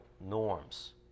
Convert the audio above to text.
norms